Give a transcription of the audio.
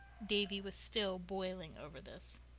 davy was still boiling over this.